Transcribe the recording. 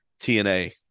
TNA